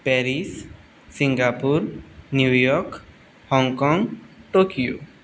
Paris Singapore New York Hong Kong Tokyo